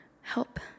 help